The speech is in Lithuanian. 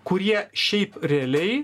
kurie šiaip realiai